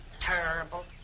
terrible